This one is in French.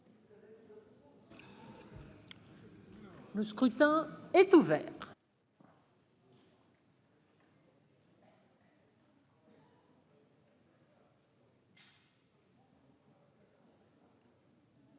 Le scrutin est ouvert.